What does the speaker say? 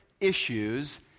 issues